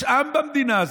יש עם במדינה הזו.